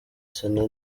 sena